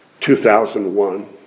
2001